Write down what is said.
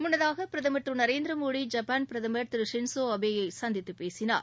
முன்னதாக பிரதமர் திரு நரேந்திரமோடி பிரதமர் ஜப்பான் திரு ஷின் ஸோ அபேயை சந்தித்துப் பேசினார்